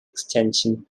extension